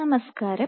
നമസ്കാരം